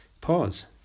pause